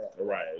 Right